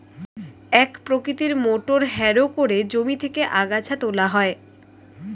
এক প্রকৃতির motor harrow করে জমি থেকে আগাছা তোলা হয়